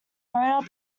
wrote